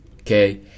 Okay